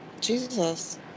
Jesus